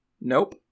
nope